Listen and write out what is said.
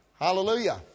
Hallelujah